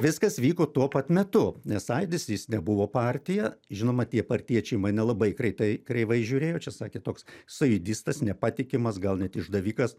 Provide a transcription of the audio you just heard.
viskas vyko tuo pat metu sąjūdis jis nebuvo partija žinoma tie partiečiai mane labai kreitai kreivai žiūrėjo čia sakė toks sąjūdistas nepatikimas gal net išdavikas